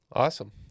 Awesome